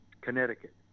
Connecticut